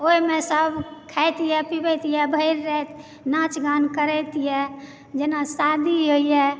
ओहिमे सब खाइत यऽ पिबैत यऽ भरि दिन नाँच गान करैत यऽ जेना शादी होइया